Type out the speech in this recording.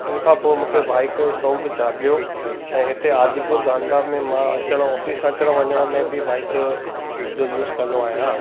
इनखां पोइ मूंखे बाइक जो शौक़ु ॼागियो ऐं हिते आदिपुर गांधीधाम में मां अचणु ऑफ़िस अचणु वञण में बि बाइक जो यूज़ कंदो आहियां